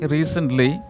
Recently